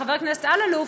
חבר הכנסת אלאלוף,